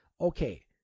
okay